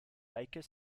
baker